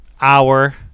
Hour